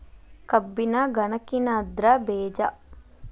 ಕಬ್ಬಿನ ಗನಕಿನ ಅದ್ರ ಬೇಜಾ